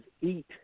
eat